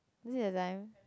is it that time